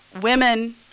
women